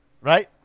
right